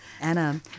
Anna